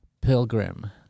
pilgrim